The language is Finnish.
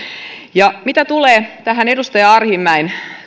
mitä tulee tähän edustaja arhinmäen